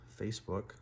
Facebook